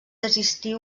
desistir